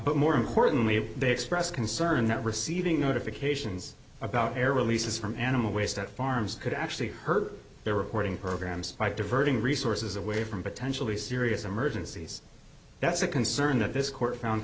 but more importantly they expressed concern that receiving notifications about air releases from animal waste at farms could actually hurt their reporting programs by diverting resources away from potentially serious emergencies that's a concern that this court found